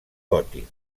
gòtic